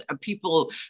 people